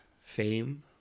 fame